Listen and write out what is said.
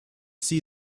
see